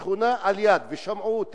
בשכונה ליד, ושמעו אותן,